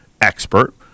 expert